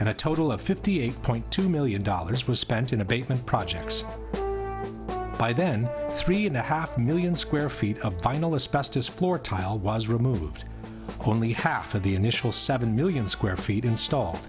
and a total of fifty eight point two million dollars was spent in abatement projects by then three and a half million square feet of finalist best as floor tile was removed only half of the initial seven million square feet installed